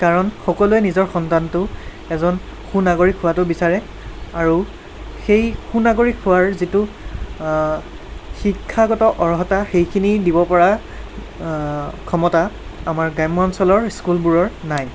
কাৰণ সকলোৱে নিজৰ সন্তানটো এজন সু নাগৰিক হোৱাটো বিচাৰে আৰু সেই সু নাগৰিক হোৱাৰ যিটো শিক্ষাগত অহৰ্তা সেইখিনি দিবপৰা ক্ষমতা আমাৰ গ্ৰাম্যঞ্চলৰ স্কুলবোৰৰ নাই